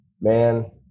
man